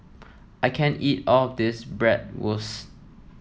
I can't eat all of this Bratwurst